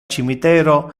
cimitero